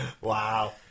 Wow